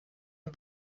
den